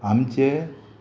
आमचे